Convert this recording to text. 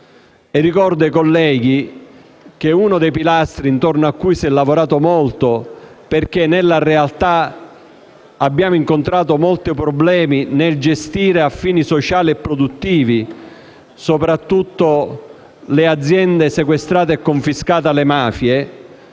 Ricordo ai colleghi che uno dei pilastri intorno a cui si è lavorato molto, poiché abbiamo incontrato diversi problemi nel gestire a fini sociali e produttivi le aziende sequestrate e confiscate alle mafie,